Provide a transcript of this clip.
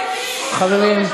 חברים,